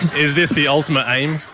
is this the ultimate aim?